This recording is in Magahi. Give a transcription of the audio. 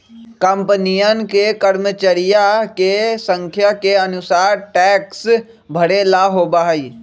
कंपनियन के कर्मचरिया के संख्या के अनुसार टैक्स भरे ला होबा हई